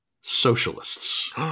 socialists